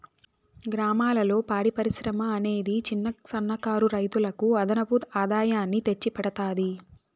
గ్రామాలలో పాడి పరిశ్రమ అనేది చిన్న, సన్న కారు రైతులకు అదనపు ఆదాయాన్ని తెచ్చి పెడతాది